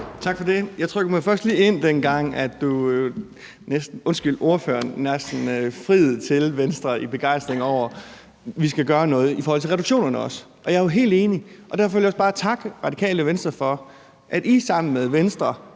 Tak for det. Jeg trykkede mig først lige ind, dengang ordføreren næsten friede til Venstre i begejstring over, at vi også skal gøre noget i forhold til reduktionerne. Jeg er jo helt enig, og derfor vil jeg også bare takke Radikale Venstre for, at I sammen med Venstre